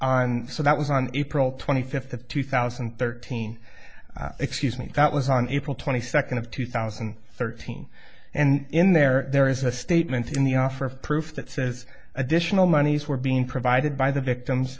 on so that was on april twenty fifth of two thousand and thirteen excuse me that was on april twenty second of two thousand and thirteen and in there there is a statement in the offer of proof that says additional monies were being provided by the victims